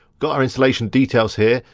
got our installation details here,